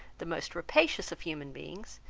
the most rapacious of human beings,